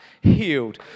healed